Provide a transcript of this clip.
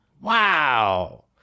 Wow